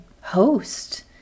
host